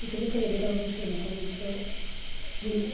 बेफोरनिफ्रायबो दावराव दावसि जायो न'खर गंसेयाव जों